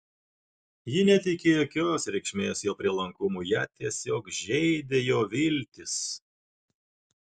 ji neteikė jokios reikšmės jo prielankumui ją tiesiog žeidė jo viltys